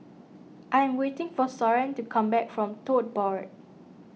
I am waiting for Soren to come back from Tote Board